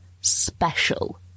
special